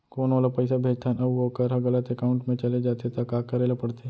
कोनो ला पइसा भेजथन अऊ वोकर ह गलत एकाउंट में चले जथे त का करे ला पड़थे?